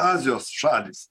azijos šalys